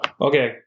Okay